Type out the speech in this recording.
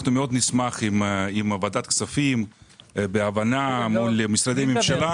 אנחנו מאוד נשמח אם ועדת כספים בהבנה מול משרדי ממשלה